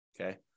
Okay